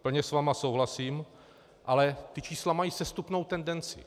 Plně s vámi souhlasím, ale ta čísla mají sestupnou tendenci.